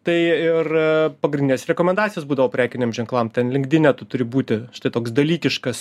tai ir pagrindinės rekomendacijos būdavo prekiniam ženklam ten link dine tu turi būti štai toks dalykiškas